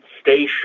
station